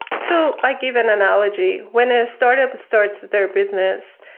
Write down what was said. so, i give an analogy. when a startup starts their business,